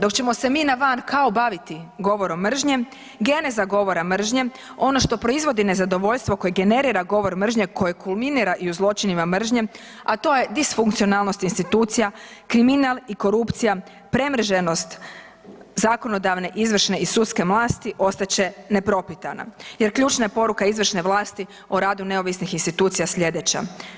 Dok ćemo se mi na van kao baviti govorom mržnje, geneza govora mržnje ono što proizvodi nezadovoljstvo koje generira govor mržnje koje kulminira i u zločinima mržnje, a to je disfunkcionalnost institucija, kriminal i korupcija, premrženost zakonodavne, izvršne i sudske vlasti ostat će nepropitana jer ključna je poruka izvršne vlasti o radu neovisnih institucija sljedeća.